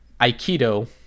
Aikido